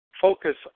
focus